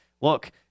look